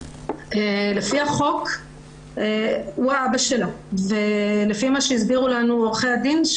לפי החוק הוא אבא שלה ולפי מה שהסבירו לנו עורכי הדין,